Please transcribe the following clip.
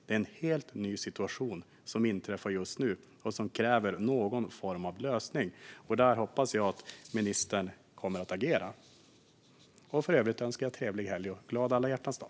Det är en helt ny situation vi ser just nu, och den kräver någon form av lösning. Där hoppas jag att ministern kommer att agera. I övrigt önskar jag trevlig helg och en glad alla hjärtans dag!